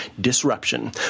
disruption